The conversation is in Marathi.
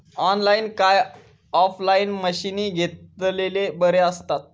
ऑनलाईन काय ऑफलाईन मशीनी घेतलेले बरे आसतात?